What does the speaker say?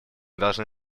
должны